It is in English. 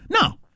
No